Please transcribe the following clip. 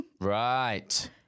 right